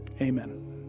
Amen